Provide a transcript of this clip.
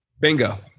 Bingo